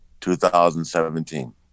2017